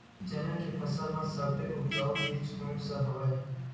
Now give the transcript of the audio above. चना के फसल म सबले उपजाऊ बीज कोन स हवय?